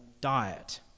diet